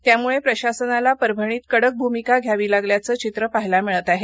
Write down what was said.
त्यामुळे प्रशासनाला परभणीत कडक भूमिका घ्यावी लागल्याचे चित्र पहायला मिळतं आहे